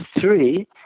three